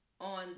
On